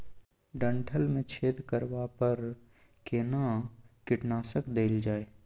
डंठल मे छेद करबा पर केना कीटनासक देल जाय?